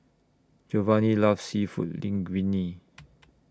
Geovanni loves Seafood Linguine